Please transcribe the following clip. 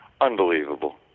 unbelievable